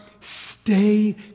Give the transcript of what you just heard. stay